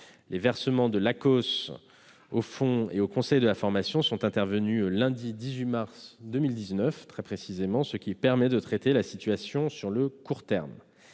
Les versements de l'Acoss au fonds et aux conseils de la formation sont intervenus lundi 18 mars 2019, ce qui permet de traiter la situation sur le court terme.